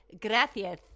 Gracias